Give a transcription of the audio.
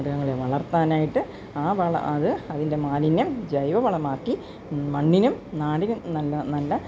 മൃഗങ്ങളെ വളർത്താനായിട്ട് ആ വള അത് അതിൻ്റെ മാലിന്യം ജൈവവളമാക്കി മണ്ണിനും നാടിനും നല്ല നല്ല